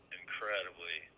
incredibly